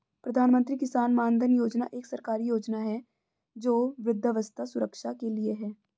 प्रधानमंत्री किसान मानधन योजना एक सरकारी योजना है जो वृद्धावस्था सुरक्षा के लिए है